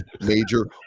major